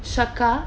shock ah